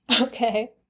Okay